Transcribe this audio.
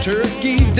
Turkey